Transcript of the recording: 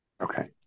Okay